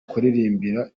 kuririmbira